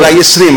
אולי 20,